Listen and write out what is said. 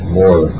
more